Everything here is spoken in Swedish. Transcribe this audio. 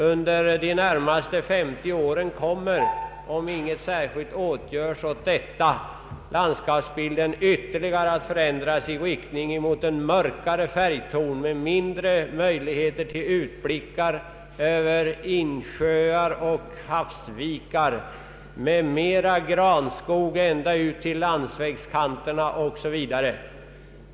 Under de närmaste 50 åren kommer, om inget särskilt göres åt detta, landskapsbilden att ytterligare förändras i riktning mot en mörkare färgton med mindre möjligheter till utblickar över insjöar och havsvikar, med mera granskog ända ut till landsvägskanterna o.s.v.